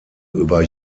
über